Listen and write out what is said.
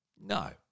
no